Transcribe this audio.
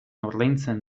ordaintzen